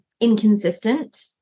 inconsistent